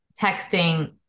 texting